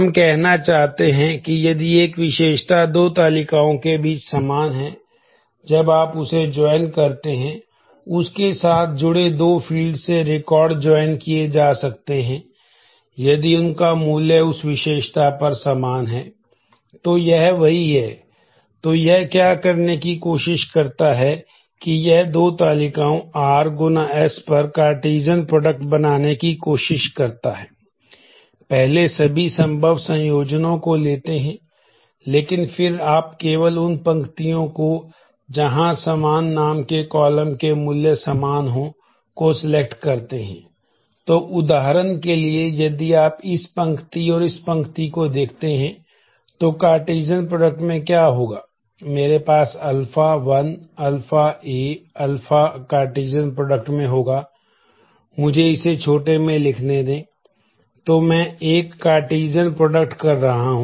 हम कहना चाहते हैं कि यदि एक विशेषता दो तालिकाओं के बीच समान है जब आप उसे जॉइन कर रहा हूं